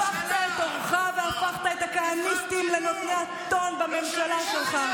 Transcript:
הפכת את עורך והפכת את הכהניסטים לנותני הטון בממשלה שלך.